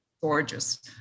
gorgeous